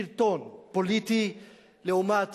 שלטון, פוליטי לעומת